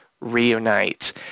reunite